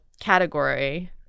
category